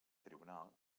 tribunal